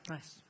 Nice